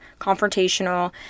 confrontational